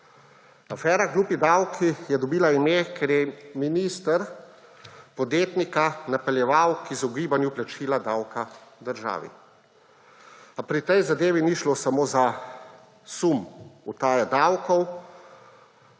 Afera »glupi davki« je dobila ime, ker je minister podjetnika napeljeval k izogibanju plačila davka državi. A pri tej zadevi ni šlo samo za sum utaje davkov,